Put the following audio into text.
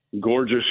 gorgeous